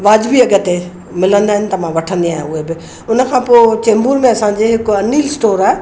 वाजिबी अघु ते मिलंदा आहिनि त मां वठंदी आहियां उहे बि उनखां पोइ चेंबूर में असां जेको अनिल स्टोर आहे